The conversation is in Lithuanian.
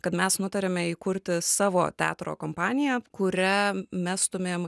kad mes nutarėme įkurti savo teatro kompaniją kuria mestumėm